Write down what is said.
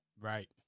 Right